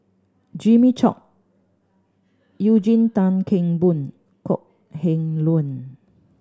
Jimmy Chok Eugene Tan Kheng Boon Kok Heng Leun